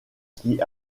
qui